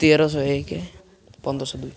ତେରଶହ ଏକ ପନ୍ଦରଶହ ଦୁଇ